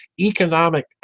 economic